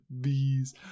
Bees